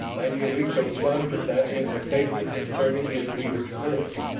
manulito flushed at that implication concerning his leader's courage,